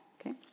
Okay